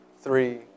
three